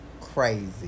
crazy